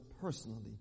personally